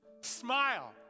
Smile